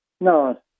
No